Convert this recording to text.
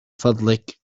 فضلك